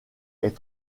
est